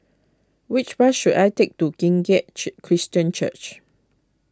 which bus should I take to Kim Keat Chi Christian Church